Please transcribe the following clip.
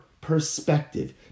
perspective